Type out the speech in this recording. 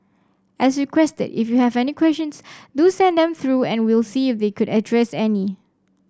as requested if you have any questions do send them through and we'll see if they could address any